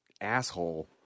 asshole